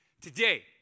Today